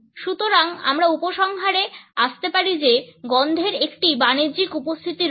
সুতরাং আমরা উপসংহারে আসতে পারি যে গন্ধের একটি বাণিজ্যিক উপস্থিতি রয়েছে